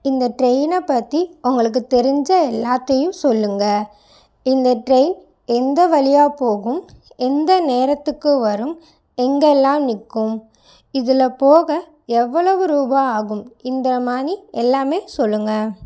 இந்த ட்ரையின பற்றி உங்களுக்கு தெரிஞ்ச எல்லாத்தையும் சொல்லுங்கள் இந்த ட்ரையின் எந்த வழியா போகும் எந்த நேரத்துக்கு வரும் எங்கெல்லாம் நிற்கும் இதில் போக எவ்வளவு ரூபாய் ஆகும் இந்த மாரி எல்லாம் சொல்லுங்கள்